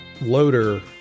loader